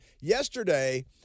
yesterday